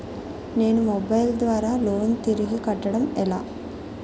నేను మొబైల్ ద్వారా లోన్ తిరిగి కట్టడం ఎలా?